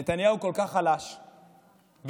נתניהו כל-כך חלש ולחיץ,